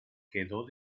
quedó